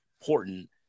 important